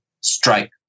strike